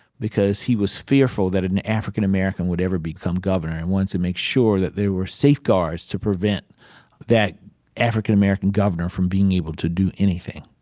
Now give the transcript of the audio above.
because he was fearful that an african american would ever become governor, and wanted to make sure that there were safeguards to prevent that african american governor from being able to do anything.